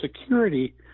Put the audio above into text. security